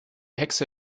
hexe